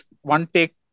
one-take